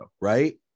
Right